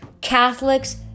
Catholics